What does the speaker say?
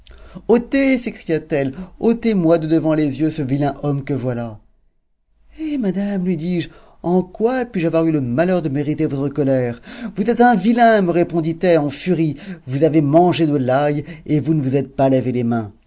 ôtez sécriat elle ôtez-moi de devant les yeux ce vilain homme que voilà hé madame lui dis-je en quoi puis-je avoir eu le malheur de mériter votre colère vous êtes un vilain me répondit-elle en furie vous avez mangé de l'ail et vous ne vous êtes pas lavé les mains